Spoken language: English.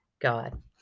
god